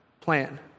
plan